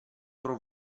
pro